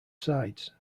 sides